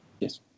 Yes